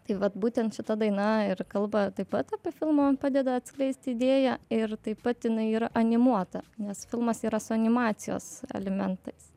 tai vat būtent šita daina ir kalba taip pat apie filmo padeda atskleist idėją ir taip pat jinai yra animuota nes filmas yra su animacijos elementais